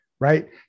right